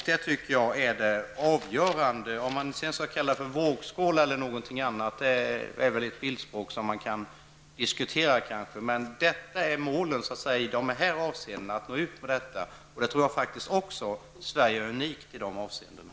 Det tycker jag är det avgörande. Att sedan kalla det för vågskål eller använda ett annat bildspråk kan kanske diskuteras. Målet är att nå ut med detta utbud. Jag tror att Sverige som jag sade, är unikt i det avseendet.